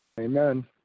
Amen